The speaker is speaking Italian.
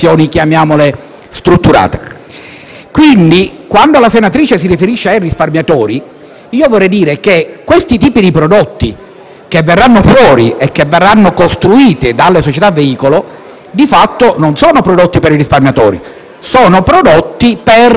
Quindi, quando la senatrice si riferisce ai risparmiatori, vorrei dirle che questi prodotti che verranno fuori e che verranno costruiti dalle società veicolo di fatto non sono prodotti per risparmiatori ma per gli investitori, cioè per